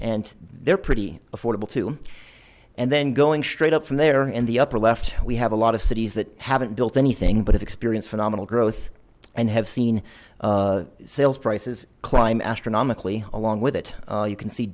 and they're pretty affordable too and then going straight up from there in the upper left we have a lot of cities that haven't built anything but if experience phenomenal growth and have seen sales prices climb astronomically along with it you can see